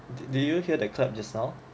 did you hear that clap just now